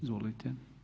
Izvolite.